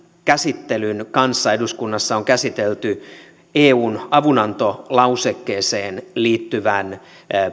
käsittelyn kanssa eduskunnassa on käsitelty eun avunantolausekkeeseen liittyvän